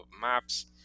maps